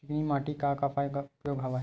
चिकनी माटी के का का उपयोग हवय?